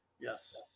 Yes